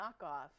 knockoff